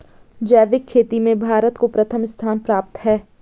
जैविक खेती में भारत को प्रथम स्थान प्राप्त है